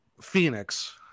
Phoenix